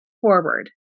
forward